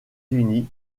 unis